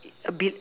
it's a bit